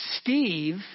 Steve